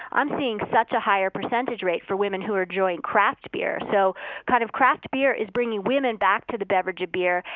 i'm seeing such a higher percentage rate for women who are enjoying craft beer. so kind of craft beer is bringing women back to the beverage of beer.